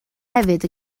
hefyd